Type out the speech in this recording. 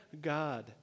God